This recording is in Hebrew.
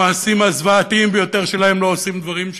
במעשים הזוועתיים ביותר שלהן לא עושות דברים שכאלה.